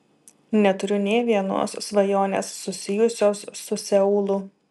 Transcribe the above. neturiu nė vienos svajonės susijusios su seulu